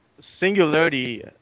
Singularity